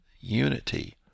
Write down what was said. unity